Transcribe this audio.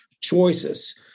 choices